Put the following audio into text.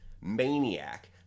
maniac